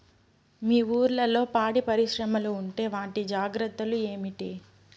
మీ ఊర్లలో పాడి పరిశ్రమలు ఉంటే వాటి జాగ్రత్తలు ఏమిటి